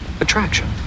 Attraction